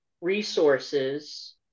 resources